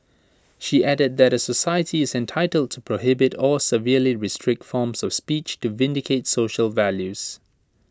she added that the society is entitled to prohibit or severely restrict forms of speech to vindicate social values